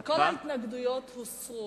כל ההתנגדויות הוסרו,